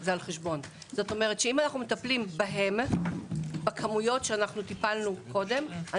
אבל זה על חשבון אם היינו מטפלים בהם בכמויות שטיפלנו קודם,